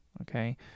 Okay